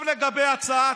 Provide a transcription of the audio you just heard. עכשיו לגבי הצעת,